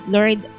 Lord